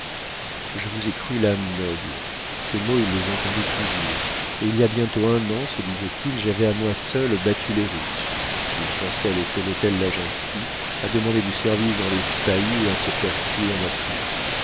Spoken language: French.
je vous ai cru l'âme noble ces mots il les entendait toujours et il y a bientôt un an se disait-il j'avais à moi seul battu les russes il pensait à laisser l'hôtel laginski à demander du service dans les spahis et à se faire tuer en afrique